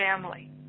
family